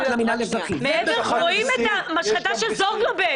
רואים את המשחטה של זוגלובק,